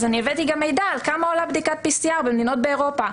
הבאתי גם מידע על כמה עולה בדיקת PCR במדינות באירופה.